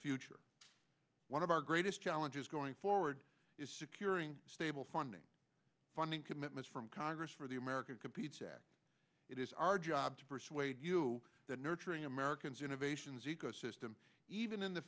future one of our greatest challenges going forward is securing stable funding funding commitments from congress for the american competes act it is our job to persuade you that nurturing americans innovation's ecosystem even in the